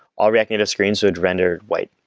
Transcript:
all react native screens would render white.